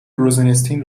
روزناستین